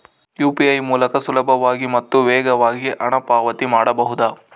UPI ಮೂಲಕ ಸುಲಭವಾಗಿ ಮತ್ತು ವೇಗವಾಗಿ ಹಣ ಪಾವತಿ ಮಾಡಬಹುದಾ?